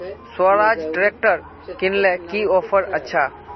Swaraj tractor किनले की offer अच्छा?